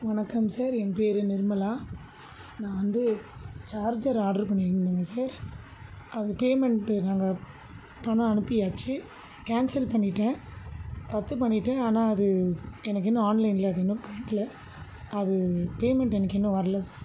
வணக்கம் சார் என் பேரு நிர்மலா நான் வந்து சார்ஜர் ஆர்டர் பண்ணியிருந்தேங்க சார் அது பேமெண்ட்டு நாங்கள் பணம் அனுப்பியாச்சு கேன்சல் பண்ணிவிட்டேன் ரத்து பண்ணிவிட்டேன் ஆனால் அது எனக்கு இன்னும் ஆன்லைனில் அது இன்னும் காட்டலை அது பேமெண்ட் எனக்கு இன்னும் வர்லை சார்